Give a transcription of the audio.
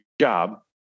job